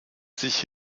sich